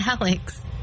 Alex